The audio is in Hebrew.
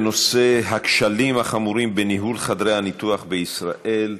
בנושא: הכשלים החמורים בניהול חדרי הניתוח בישראל,